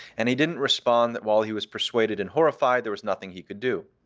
and he didn't respond that while he was persuaded and horrified, there was nothing he could do.